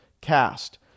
Cast